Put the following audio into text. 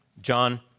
John